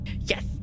Yes